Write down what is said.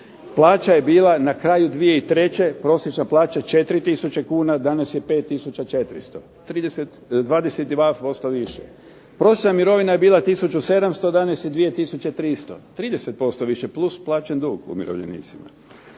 plaća je bila na kraju 2003., prosječna plaća 4 tisuće kuna, danas je 5 tisuća 400, 22% više. Prosječna mirovina je bila tisuću 700, danas je 2 tisuće 300, 30% više plus plaćen dug umirovljenicima.